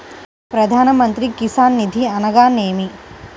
ప్రధాన మంత్రి కిసాన్ నిధి అనగా నేమి?